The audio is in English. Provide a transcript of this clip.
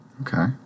Okay